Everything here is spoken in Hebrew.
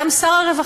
גם שר הרווחה,